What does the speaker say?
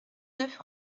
neuf